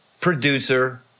producer